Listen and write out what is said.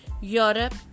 Europe